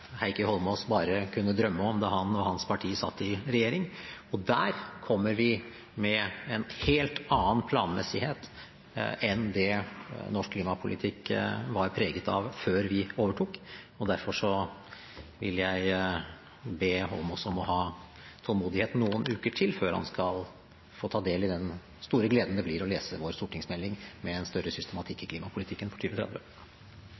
Heikki Eidsvoll Holmås bare kunne drømme om da han og hans parti satt i regjering. Der kommer vi med en helt annen planmessighet enn det norsk klimapolitikk var preget av før vi overtok. Derfor vil jeg be Holmås om å ha tålmodighet noen uker til før han skal få ta del i den store gleden det blir å lese vår stortingsmelding med en større systematikk